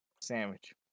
Sandwich